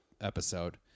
episode